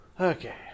Okay